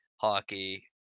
hockey